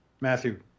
Matthew